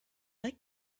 like